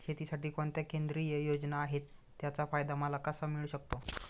शेतीसाठी कोणत्या केंद्रिय योजना आहेत, त्याचा फायदा मला कसा मिळू शकतो?